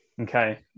Okay